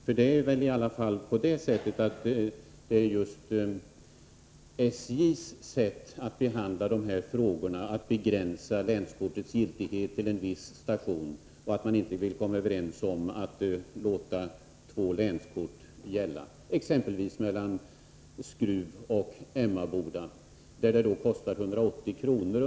Problemet beror väl just på SJ:s sätt att behandla de här frågorna — man begränsar länskortets giltighet till en viss station och vill inte komma överens om att låta två länskort gälla mellan exempelvis Skruv och Emmaboda. Det kostar 180 kr.